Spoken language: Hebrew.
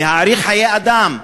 להעריך חיי אדם.